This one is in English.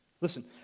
Listen